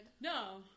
No